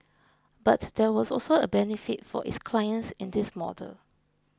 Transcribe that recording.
but there was also a benefit for its clients in this model